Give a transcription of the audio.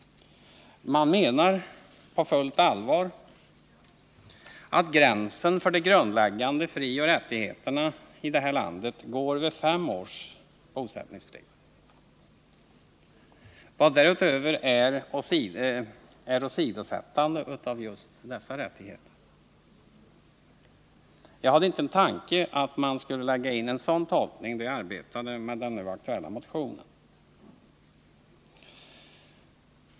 Man menar på fullt allvar att gränsen för de grundläggande frioch rättigheterna i det här landet går vid fem års bosättningsplikt. Vad därutöver är är åsidosättande av dessa rättigheter. Jag hade inte en tanke på att man skulle lägga in en sådan tolkning då jag arbetade med den nu aktuella motionen.